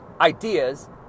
ideas